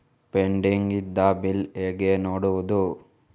Pending ಇದ್ದ bill ಹೇಗೆ ನೋಡುವುದು?